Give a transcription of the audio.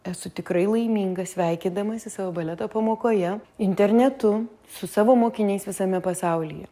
esu tikrai laiminga sveikindamasi savo baleto pamokoje internetu su savo mokiniais visame pasaulyje